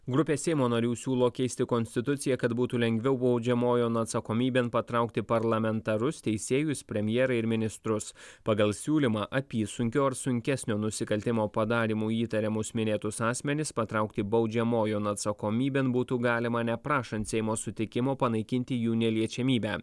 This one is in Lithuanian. grupė seimo narių siūlo keisti konstituciją kad būtų lengviau baudžiamojon atsakomybėn patraukti parlamentarus teisėjus premjerą ir ministrus pagal siūlymą apysunkio ar sunkesnio nusikaltimo padarymu įtariamus minėtus asmenis patraukti baudžiamojon atsakomybėn būtų galima neprašant seimo sutikimo panaikinti jų neliečiamybę